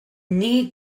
need